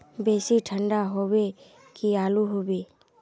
बेसी ठंडा होबे की आलू होबे